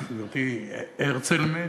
גברתי, הרצל מת